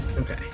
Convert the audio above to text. Okay